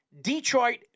Detroit